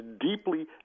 deeply